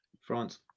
France